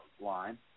line